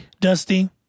Dusty